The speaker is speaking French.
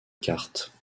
cartes